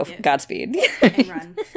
godspeed